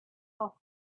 off